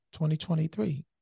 2023